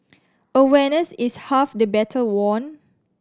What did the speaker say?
awareness is half the battle won